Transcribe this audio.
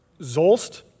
Zolst